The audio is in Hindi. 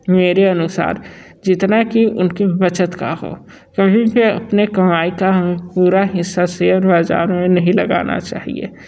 मेरे अनुसार जितना कि उनकी बचत का हो कभी भी अपने कमाई का पूरा हिस्सा शेयर बाज़ार में नहीं लगाना चाहिए